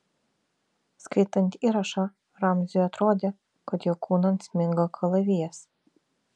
skaitant įrašą ramziui atrodė kad jo kūnan sminga kalavijas